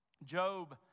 Job